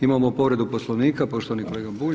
Imamo povredu poslovnika, poštovani kolega Bulj.